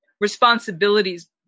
responsibilities